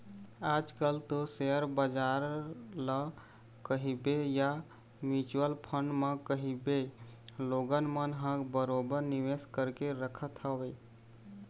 आज कल तो सेयर बजार ल कहिबे या म्युचुअल फंड म कहिबे लोगन मन ह बरोबर निवेश करके रखत हवय